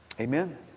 Amen